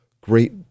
great